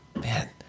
man